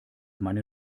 meine